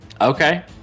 Okay